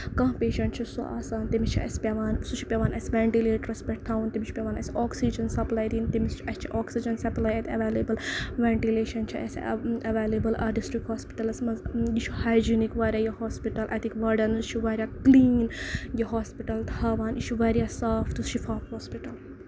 کانہہ پیشَنٹ چھُ سُہ آسان تٔمِس چھُ اَسہِ پیوان سُہ چھُ اَسہِ پیوان اَسہِ وینٹِلیٹرَس پٮ۪ٹھ تھاوُن تٔمِس چھُ پیوان اَسہِ اوکسیٖجن سَپلاے دِنۍ اَسہِ چھِ اوکسیٖجن سَپلاے اَتہِ ایویلیبٔل وینٹِلیشَن چھِ اَسہِ ایویلیبٔل اَتھ ڈِسٹرک ہوسپِٹلَس منٛز یہِ چھُ ہایجینِک واریاہ یہِ ہوسپِٹل اَتِکۍ واڈَنز چھِ واریاہ کٔلیٖن یہِ ہوسپِٹل تھاوان یہِ چھُ واریاہ صاف تہٕ شِفاف ہوسپِٹل